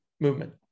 movement